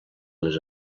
les